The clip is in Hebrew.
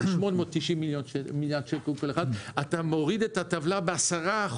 אתה מוריד את הטבלה ב-10%,